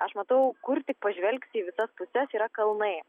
aš matau kur tik pažvelgsi į visas puses yra kalnai